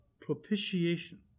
propitiation